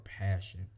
passion